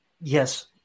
yes –